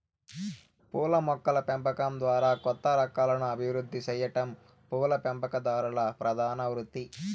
పూల మొక్కల పెంపకం ద్వారా కొత్త రకాలను అభివృద్ది సెయ్యటం పూల పెంపకందారుల ప్రధాన వృత్తి